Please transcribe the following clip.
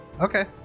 okay